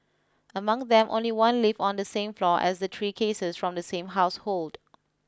among them only one lived on the same floor as the three cases from the same household